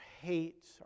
hate